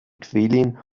quellen